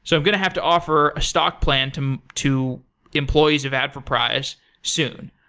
so i'm going to have to offer a stock plan to to employees of adforprize soon.